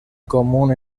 común